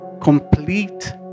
complete